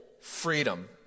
freedom